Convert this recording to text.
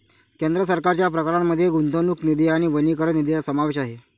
केंद्र सरकारच्या प्रकारांमध्ये गुंतवणूक निधी आणि वनीकरण निधीचा समावेश आहे